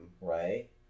right